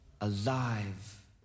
alive